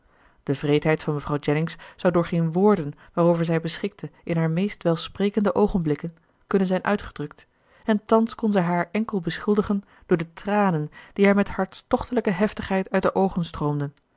de wreedheid van mevrouw jennings zou door geen woorden waarover zij beschikte in haar meest welsprekende oogenblikken kunnen zijn uitgedrukt en thans kon zij haar enkel beschuldigen door de tranen die haar met hartstochtelijke heftigheid uit de oogen